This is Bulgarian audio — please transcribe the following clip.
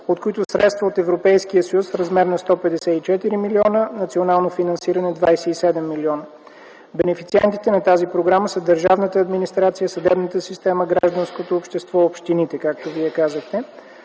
от които средства от Европейския съюз в размер на 154 млн. евро и национално съфинансиране в размер на 27 млн. евро. Бенефициентите на тази програма са държавната администрация, съдебната система, гражданското общество, общините, както Вие казахте.